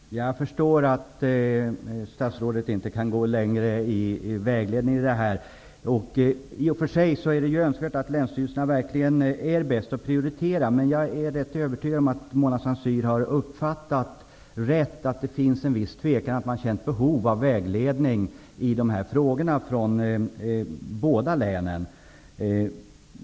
Fru talman! Jag förstår att statsrådet inte kan gå längre i vägledning i den här frågan. I och för sig är det önskvärt att länsstyrelserna är de som är bäst på att prioritera, men jag är rätt övertygad om att Mona Saint Cyr har uppfattat rätt, nämligen att man i båda länen känner en viss osäkerhet och har ett visst behov av vägledning i de här frågorna.